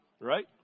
Right